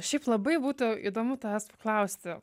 šiaip labai būtų įdomu tavęs paklausti